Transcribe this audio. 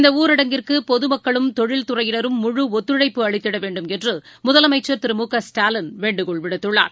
இந்தஊரடங்கிற்குபொதுமக்களும் தொழில்துறையினரும் ழு ஒத்துழைப்பு அளித்திடவேண்டுமென்றுமுதலமைச்சர் திரு மு க ஸ்டாலின் வேண்டுகோள் விடுத்துள்ளார்